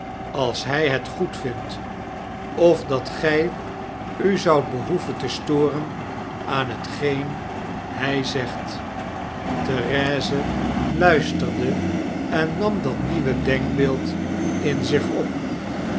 als hij het goedvindt of dat gij u zoudt behoeven te storen aan hetgeen hij zegt therese luisterde en nam dat nieuwe denkbeeld in zich op